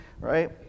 right